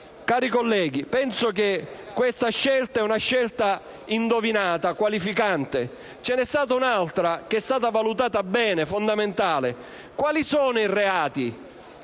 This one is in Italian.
Cari colleghi, penso che questa sia una scelta indovinata e qualificante. Ce n'è stata un'altra che è stata valutata bene ed è fondamentale: quali sono i reati